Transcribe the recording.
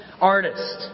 artist